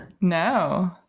No